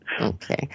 Okay